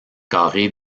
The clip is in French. carrés